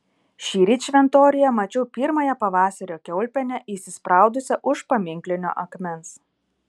šįryt šventoriuje mačiau pirmąją pavasario kiaulpienę įsispraudusią už paminklinio akmens